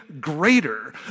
greater